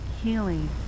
healing